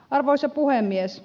arvoisa puhemies